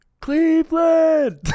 Cleveland